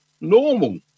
normal